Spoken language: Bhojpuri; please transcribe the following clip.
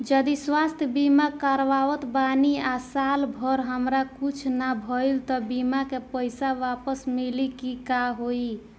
जदि स्वास्थ्य बीमा करावत बानी आ साल भर हमरा कुछ ना भइल त बीमा के पईसा वापस मिली की का होई?